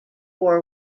war